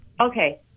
Okay